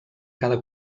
cada